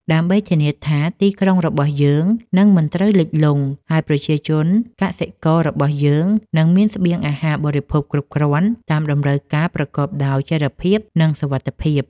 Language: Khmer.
ដើម្បីធានាថាទីក្រុងរបស់យើងនឹងមិនត្រូវលិចលង់ ហើយប្រជាជនកសិកររបស់យើងនឹងមានស្បៀងអាហារបរិភោគគ្រប់គ្រាន់តាមតម្រូវការប្រកបដោយចីរភាព និងសុវត្ថិភាព។